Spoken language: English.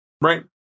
Right